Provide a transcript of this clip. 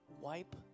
wipe